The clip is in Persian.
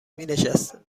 مینشست